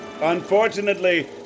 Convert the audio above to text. Unfortunately